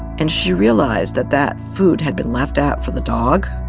and she realized that that food had been left out for the dog.